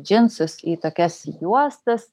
džinsus į tokias juostas